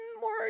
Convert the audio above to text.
more